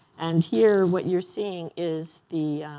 and here, what you're seeing is the